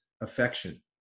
affection